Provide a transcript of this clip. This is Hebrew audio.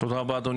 תודה רבה אדוני